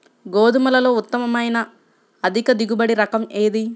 గోధుమలలో ఉత్తమమైన అధిక దిగుబడి రకం ఏది?